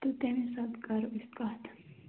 تہٕ تمہ حساب کرو أسۍ کتھ